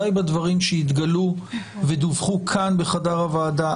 די בדברים שהתגלו ודווחו כאן בחדר הוועדה,